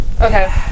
Okay